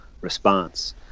response